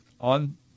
on